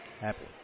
Happy